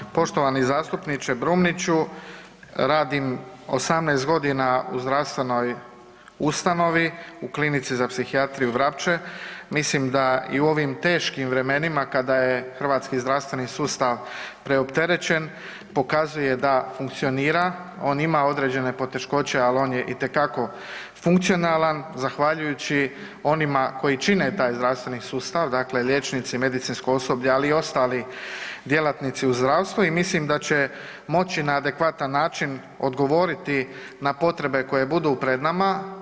Hvala, poštovani zastupniče Brumniću radim 18 godina u zdravstvenoj ustanovi u Klinici za psihijatriju Vrapče, mislim da i u ovim teškim vremenima kada je hrvatski zdravstveni sustav preopterećen pokazuje da funkcionira, on ima određene poteškoće ali on je itekako funkcionalan zahvaljujući onima koji čine taj zdravstveni sustav, dakle liječnici, medicinsko osoblje, ali i ostali djelatnici u zdravstvu i mislim da će moći na adekvatan način odgovoriti na potrebe koje budu pred nama.